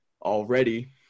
already